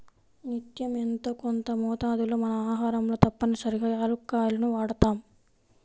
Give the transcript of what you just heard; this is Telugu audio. నిత్యం యెంతో కొంత మోతాదులో మన ఆహారంలో తప్పనిసరిగా యాలుక్కాయాలను వాడతాం